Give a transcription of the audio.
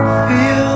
feel